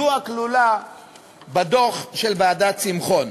זו הכלולה בדוח של ועדת שמחון.